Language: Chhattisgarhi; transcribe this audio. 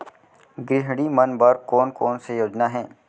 गृहिणी मन बर कोन कोन से योजना हे?